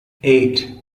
eight